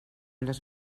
les